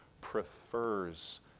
prefers